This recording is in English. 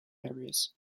areas